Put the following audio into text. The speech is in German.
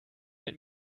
mit